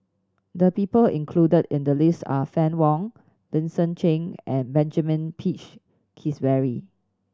the people included in the list are Fann Wong Vincent Cheng and Benjamin Peach Keasberry